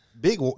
big